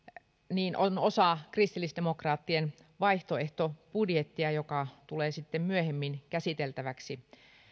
on osa kristillisdemokraattien vaihtoehtobudjettia joka tulee sitten myöhemmin käsiteltäväksi